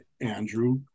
Andrew